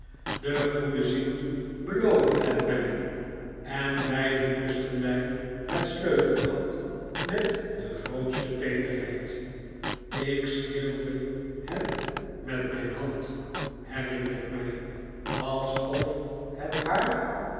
de goede ziel beloofde het mij en beiden kusten wij het sleutelgat met de grootste teederheid ik streelde het met mijn hand herinner ik mij alsof het haar